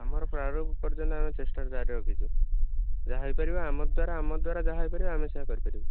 ଆମର ପର୍ଯ୍ୟନ୍ତ ଆମେ ଚେଷ୍ଟା ଜାରି ରଖିଛୁ ଯାହା ହେଇପାରିବ ଆମ ଦ୍ୱାରା ଆମ ଦ୍ୱାରା ଯାହା ହେଇପାରିବ ଆମେ ସେହା କରିପାରିବୁ